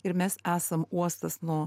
ir mes esam uostas nuo